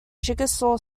chickasaw